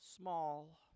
small